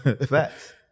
Facts